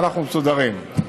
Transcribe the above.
ואנחנו מסודרים.